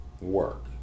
work